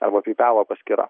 arba peipelo paskyra